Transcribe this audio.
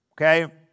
okay